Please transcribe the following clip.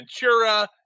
Ventura